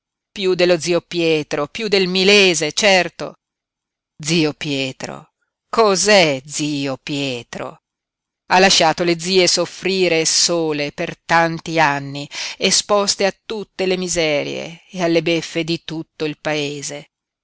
piú dello zio pietro piú del milese certo zio pietro cos'è zio pietro ha lasciato le zie soffrire sole per tanti anni esposte a tutte le miserie e alle beffe di tutto il paese